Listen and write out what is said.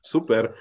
Super